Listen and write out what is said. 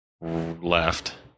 left